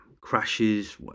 crashes